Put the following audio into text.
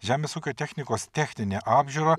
žemės ūkio technikos techninę apžiūrą